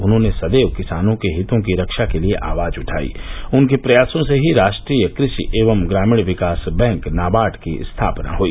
उन्होंने सदैव किसानों के हितों की रक्षा के लिये आवाज उठाई उनके प्रयासों से ही राष्ट्रीय कृषि एवं ग्रामीण विकास बैंक नाबार्ड की स्थापना हई